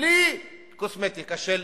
בלי קוסמטיקה של